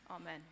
Amen